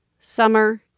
summer